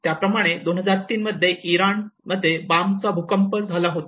त्याचप्रमाणे 2003 मध्ये इराणमध्ये बामचा भूकंप झाला होता